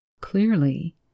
clearly